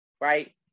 right